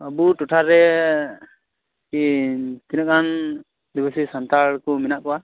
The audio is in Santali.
ᱟᱵᱩ ᱴᱚᱴᱷᱟᱨᱮ ᱠᱤ ᱛᱤᱱᱟ ᱜ ᱜᱟᱱ ᱟ ᱫᱤᱵᱟ ᱥᱤ ᱥᱟᱱᱛᱟᱲ ᱠᱚ ᱢᱮᱱᱟᱜ ᱠᱚᱣᱟ